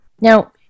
Now